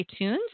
iTunes